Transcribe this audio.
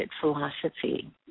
philosophy